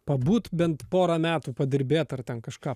pabūt bent porą metų padirbėt ar ten kažką